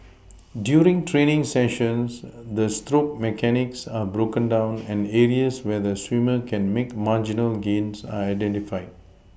during training sessions the stroke mechanics are broken down and areas where the swimmer can make marginal gains are identified